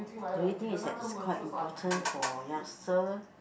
do you think it's th~ it's quite important for youngster